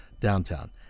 downtown